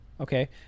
Okay